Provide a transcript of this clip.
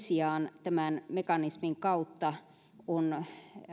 sijaan tämän mekanismin kautta